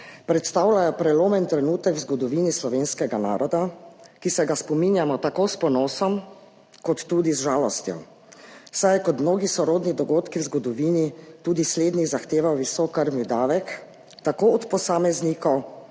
predstavljajo prelomen trenutek v zgodovini slovenskega naroda, ki se ga spominjamo tako s ponosom kot tudi z žalostjo, saj je kot mnogi sorodni dogodki v zgodovini tudi slednji zahteval visok krvni davek tako od posameznikov,